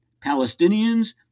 Palestinians